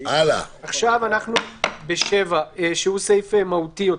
עכשיו אנחנו ב-7, שהוא סעיף מהותי יותר.